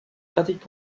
pratiques